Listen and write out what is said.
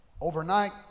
overnight